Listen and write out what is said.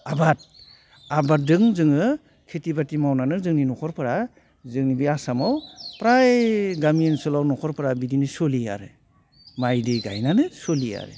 आबाद आबादजों जोङो खेथि बाथि मावनानै जोंनि न'खरफोरा जोंनि बे आसामाव फ्राय गामि ओनसोलाव न'खरफ्रा बिदिनो सोलियो आरो माइ दै गायनानै सोलियो आरो